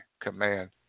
command